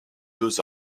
deux